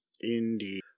Indeed